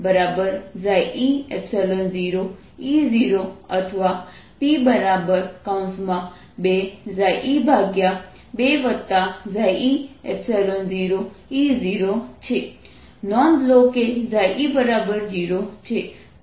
નોંધ લો જો e0 છે તો ત્યાં કોઈ P નથી